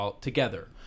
together